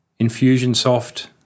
Infusionsoft